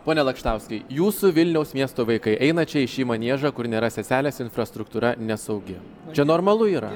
pone lakštauskai jūsų vilniaus miesto vaikai eina čia į šį maniežą kur nėra seselės infrastruktūra nesaugi čia normalu yra